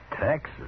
Texas